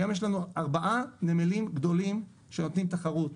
היום יש לנו ארבעה נמלים גדולים שנותנים תחרות,